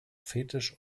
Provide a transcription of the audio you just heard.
fetisch